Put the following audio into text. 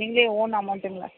நீங்களே ஓன் அமௌண்ட்டுங்களா